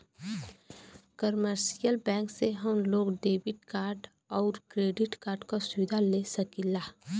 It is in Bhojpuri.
कमर्शियल बैंक से हम लोग डेबिट कार्ड आउर क्रेडिट कार्ड क सुविधा ले सकीला